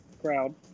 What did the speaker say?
crowd